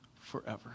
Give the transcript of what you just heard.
forever